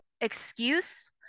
excuse